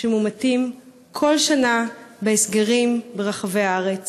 שמומתים כל שנה בהסגרים ברחבי הארץ,